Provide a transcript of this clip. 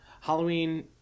Halloween